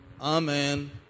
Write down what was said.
Amen